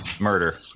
murder